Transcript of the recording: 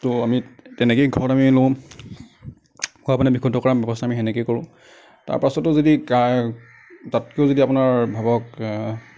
তো আমি তেনেকৈয়ে ঘৰত আমি লওঁ খোৱা পানী বিশুদ্ধ কৰা ব্যৱস্থা সেনেকৈয়ে কৰোঁ তাৰ পাছতো যদি তাৰ তাতকৈও যদি আপোনাৰ ভাবক